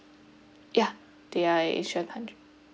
yeah they are a asian country